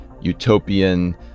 utopian